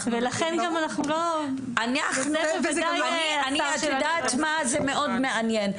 את יודעת מה, זה מאוד מעניין.